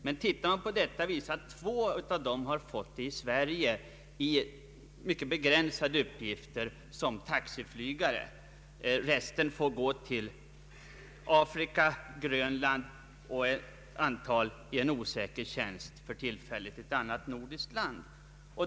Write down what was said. Men ser man närmare efter finner man, att endast två har fått arbete i Sverige, och det gäller begränsade uppgifter som taxiflygare. De övriga får gå till Afrika, Grönland och till en osäker tjänst i ett annat nordiskt land.